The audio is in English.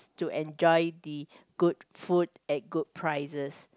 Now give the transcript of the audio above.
to enjoy the good food at good prices